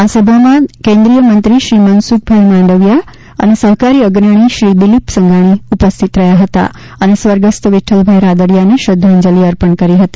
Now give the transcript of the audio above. આ સભામાં કેન્દ્રિયમંત્રી શ્રી મનસુખ માંડવિયા અને સહકારી અત્રણી શ્રી દિલીપ સંઘાગ઼ી ઉપસ્થિત રહ્યા હતા અને સ્વર્ગસ્થ વિક્રલભાઇ રાદડીયાને શ્રદ્ધાંજલી અર્પણ કરી હતી